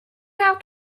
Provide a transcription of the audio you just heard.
out